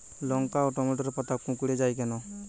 লঙ্কা ও টমেটোর পাতা কুঁকড়ে য়ায় কেন?